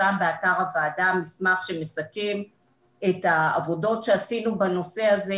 ונמצא באתר הוועדה מסמך שמסכם את העבודות שעשינו בנושא הזה,